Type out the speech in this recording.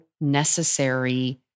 necessary